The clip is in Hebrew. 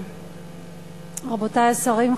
רבותי השרים,